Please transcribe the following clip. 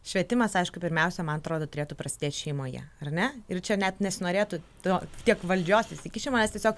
švietimas aišku pirmiausia man atrodo turėtų prasidėt šeimoje ar ne ir čia net nesinorėtų to tiek valdžios įsikišimo nes tiesiog